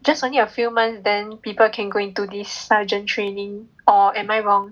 just only a few months then people can go into this sergeant training or am I wrong